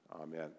Amen